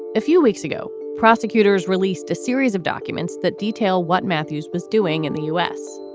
a few weeks ago, prosecutors released a series of documents that detail what matthews was doing in the u s.